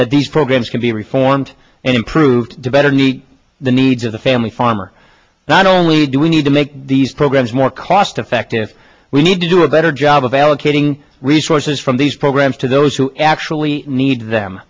that these programs can be reformed and improved a better the needs of the family farmer not only do we need to make these programs more cost effective we need to do a better job of allocating resources from these programs to those who actually need them